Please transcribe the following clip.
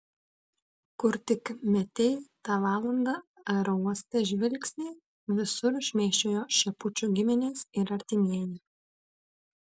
kur tik metei tą valandą aerouoste žvilgsnį visur šmėsčiojo šepučių giminės ir artimieji